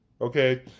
okay